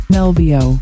Melvio